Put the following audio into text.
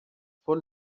full